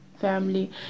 family